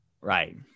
right